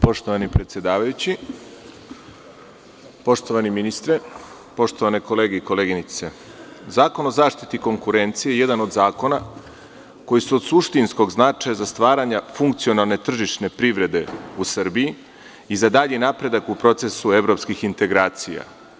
Poštovani predsedavajući, poštovani ministre, poštovane kolege i koleginice, Zakon o zaštiti konkurencije je jedan od zakona koji su od suštinskog značaja za stvaranje funkcionalne tržišne privrede u Srbiji i za dalji napredak u procesu evropskih integracija.